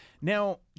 Now